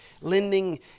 lending